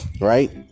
right